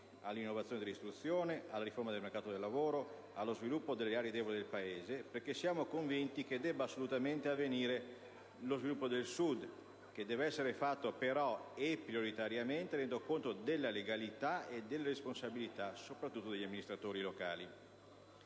all'innovazione dell'istruzione, alla riforma del mercato del lavoro, allo sviluppo delle aree deboli del Paese; infatti, siamo convinti che debba assolutamente avvenire lo sviluppo del Sud, che deve essere fatto però e prioritariamente tenendo conto della legalità e della responsabilità soprattutto degli amministratori locali.